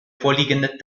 vorliegenden